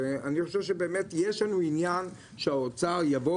ואני חושב שבאמת יש לנו עניין שהאוצר יבוא